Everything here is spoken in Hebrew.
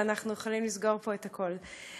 ואנחנו יכולים לסגור פה את הכול.